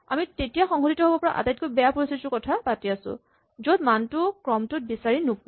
আমি তেতিয়া সংঘটিত হ'ব পৰা আটাইতকৈ বেয়া পৰিস্হিতিটোৰ কথা পাতি আছো য'ত মানটো ক্ৰমটোত বিচাৰি নোপোৱা